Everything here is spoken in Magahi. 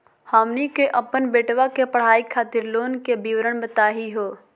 हमनी के अपन बेटवा के पढाई खातीर लोन के विवरण बताही हो?